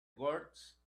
guards